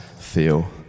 feel